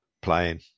playing